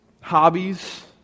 hobbies